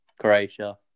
Croatia